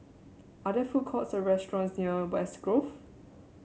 are there food courts or restaurants near West Grove